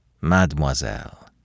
Mademoiselle